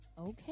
Okay